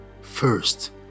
First